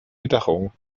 witterung